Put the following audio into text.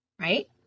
right